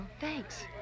Thanks